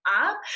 up